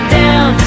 down